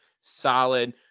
Solid